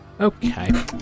Okay